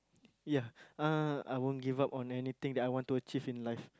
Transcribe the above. ya uh I won't give up on anything that I want to achieve in life